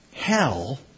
Hell